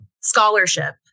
scholarship